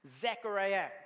Zechariah